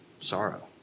sorrow